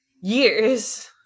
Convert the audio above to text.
years